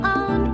on